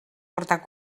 portar